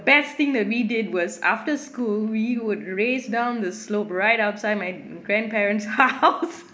best thing that we did was after school we would race down the slope right outside my grandparents house